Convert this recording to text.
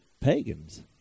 pagans